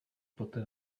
poté